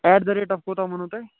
eight the rate of کوتاہ ونو تۄہہِ